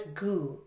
goo